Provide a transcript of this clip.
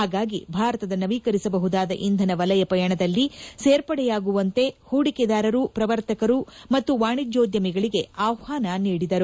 ಹಾಗಾಗಿ ಭಾರತದ ನವೀಕರಿಸಬಹುದಾದ ಇಂಧನ ವಲಯ ಪಯಣದಲ್ಲಿ ಸೇರ್ಪಡೆಯಾಗುವಂತೆ ಹೂಡಿಕೆದಾರರು ಪ್ರವರ್ತಕರು ಮತ್ತು ವಾಣಿಜ್ಯೋದ್ಯಮಿಗಳಿಗೆ ಆಹ್ವಾನ ನೀಡಿದರು